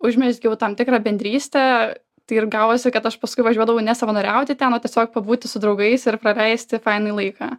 užmezgiau tam tikrą bendrystę tai ir gavosi kad aš paskui važiuodavau ne savanoriauti ten o tiesiog pabūti su draugais ir praleisti fainai laiką